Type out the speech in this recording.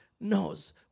knows